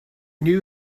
knew